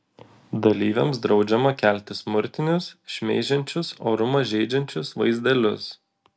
dalyviams draudžiama kelti smurtinius šmeižiančius orumą žeidžiančius vaizdelius